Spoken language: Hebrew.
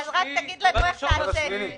איך בדיוק נעשית הוראת הביצוע הזאת,